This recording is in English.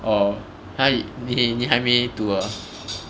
orh !huh! 你你还没读啊